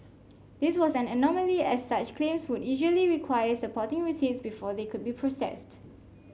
this was an anomaly as such claims would usually require supporting receipts before they could be processed